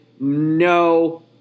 no